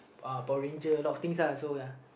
uh Power Ranger a lot of things uh so ya